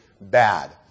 bad